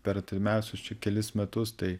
per artimiausius čia kelis metus tai